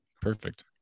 perfect